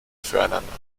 füreinander